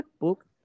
book